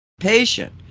patient